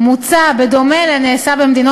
שקט במליאה, בבקשה.